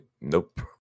nope